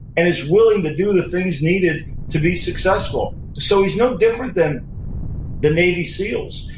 and is willing to do the things needed to be successful so, he's no different than the navy seals.